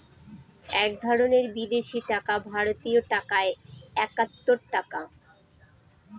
এক ধরনের বিদেশি টাকা ভারতীয় টাকায় একাত্তর টাকা